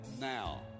now